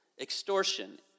Extortion